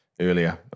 earlier